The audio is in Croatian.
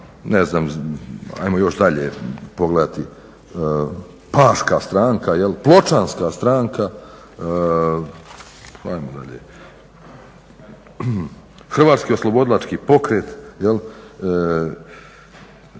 ne znam ajmo još dalje pogledati Paška stranka, Pločanska stranka, Hrvatski oslobodilački pokret,